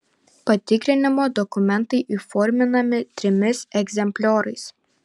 patikrinimo dokumentai įforminami trimis egzemplioriais